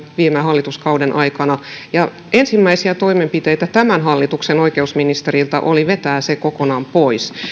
viime hallituskauden aikana ensimmäisiä toimenpiteitä tämän hallituksen oikeusministeriltä oli vetää se kokonaan pois